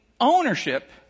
ownership